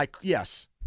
Yes